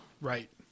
right